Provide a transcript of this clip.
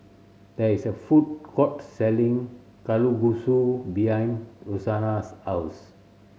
there is a food court selling Kalguksu behind Rosanna's house